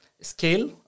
scale